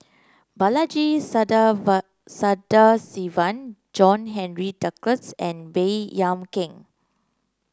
Balaji Sadasivan John Henry Duclos and Baey Yam Keng